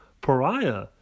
pariah